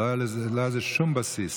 לא היה לזה שום בסיס.